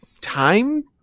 time